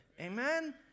Amen